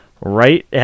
right